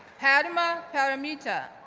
padya ah paramita,